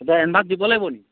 এতিয়া এনভান্স দিব লাগিব নেকি